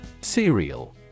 Cereal